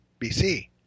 BC